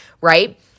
right